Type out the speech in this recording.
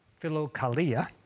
philokalia